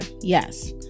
yes